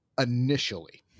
initially